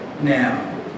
Now